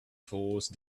force